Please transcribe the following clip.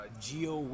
Geo